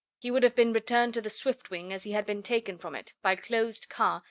he would have been returned to the swiftwing as he had been taken from it, by closed car,